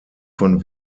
von